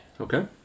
okay